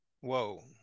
whoa